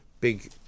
big